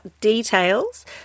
details